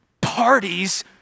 parties